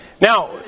Now